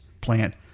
plant